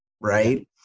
Right